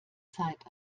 zeit